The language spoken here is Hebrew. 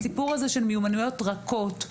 הסיפור הזה של מיומנויות רכות,